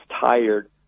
tired